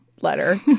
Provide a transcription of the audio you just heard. letter